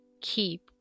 keep